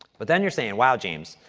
but then you're saying, wow, james,